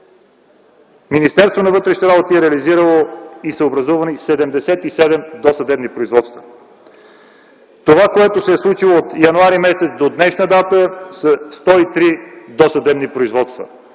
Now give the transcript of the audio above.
Министерството на вътрешните работи е реализирало и са образувани 77 досъдебни производства. Това, което се е случило от м. януари до днешна дата са 103 досъдебни производства.